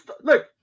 look